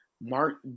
Mark